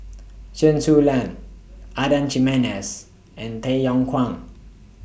Chen Su Lan Adan Jimenez and Tay Yong Kwang